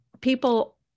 people